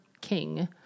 king